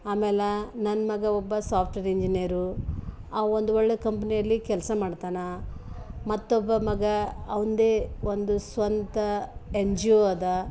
ಆಮ್ಯಾಲಾ ನನ್ನ ಮಗ ಒಬ್ಬ ಸಾಫ್ಟ್ವೇರ್ ಇಂಜಿನಿಯರು ಆ ಒಂದು ಒಳ್ಳೆ ಕಂಪ್ನಿಯಲ್ಲಿ ಕೆಲಸ ಮಾಡ್ತಾನ ಮತ್ತೊಬ್ಬ ಮಗ ಅವನ್ದೇ ಒಂದು ಸ್ವಂತ ಎನ್ ಜಿ ಒ ಅದ